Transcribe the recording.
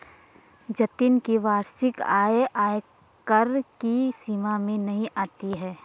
जतिन की वार्षिक आय आयकर की सीमा में नही आती है